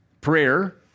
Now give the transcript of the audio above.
prayer